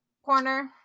Corner